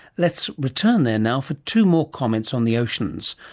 let's return there now for two more comments on the oceans.